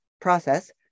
process